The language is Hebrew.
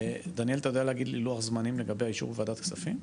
דניאל אתה יודע להגיד לי לוח זמנים לגבי האישור וועדת כספים?